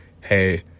Hey